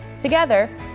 Together